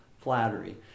flattery